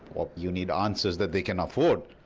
or you need answers that they can afford,